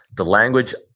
the language.